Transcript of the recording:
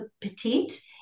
petite